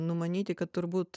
numanyti kad turbūt